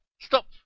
stop